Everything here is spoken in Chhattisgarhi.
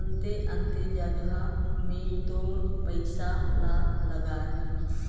अन्ते अन्ते जगहा में तोर पइसा ल लगाहीं